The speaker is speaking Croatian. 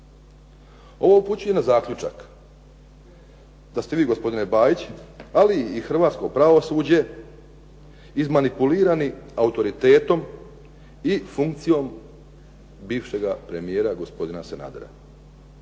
Ovo upućuje na zaključak da ste vi gospodine Bajić ali i hrvatsko pravosuđe izmanipulirani autoritetom i funkcijom bivšega premijera gospodina Sanadera.